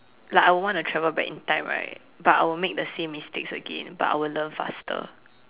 like I want to travel back in time right but I will make the same mistakes again but I will learn faster